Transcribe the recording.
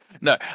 no